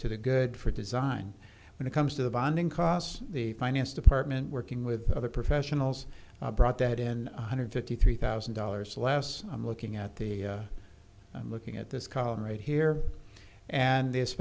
to the good for design when it comes to the bonding costs the finance department working with other professionals brought that in one hundred fifty three thousand dollars less i'm looking at the i'm looking at this column right here and this